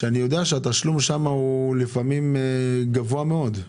אני יודע שהתשלום שם לפעמים הוא גבוה מאוד.